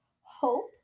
hope